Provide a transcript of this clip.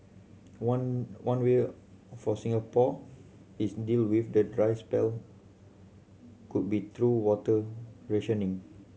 one one way for Singapore is deal with the dry spell could be through water rationing